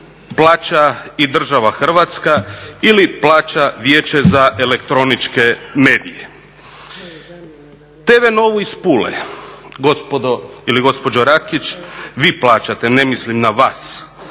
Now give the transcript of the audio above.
plaća i država Hrvatska ili plaća Vijeće za elektroničke medije. TV Novu iz Pule gospodo ili gospođo Rakić vi plaćate, ne mislim na vas,